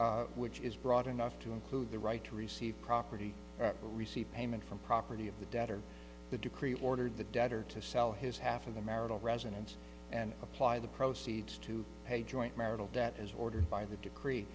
debt which is broad enough to include the right to receive property or receive payment from property of the debtor the decree ordered the debtor to sell his half of the marital residence and apply the proceeds to pay joint marital debt as ordered by the decree